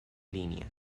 línea